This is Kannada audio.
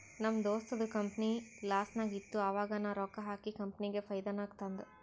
ನಮ್ ದೋಸ್ತದು ಕಂಪನಿ ಲಾಸ್ನಾಗ್ ಇತ್ತು ಆವಾಗ ನಾ ರೊಕ್ಕಾ ಹಾಕಿ ಕಂಪನಿಗ ಫೈದಾ ನಾಗ್ ತಂದ್